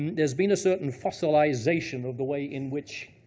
and there's been a certain fossilization of the way in which